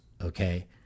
okay